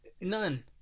None